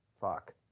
fuck